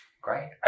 Great